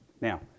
Now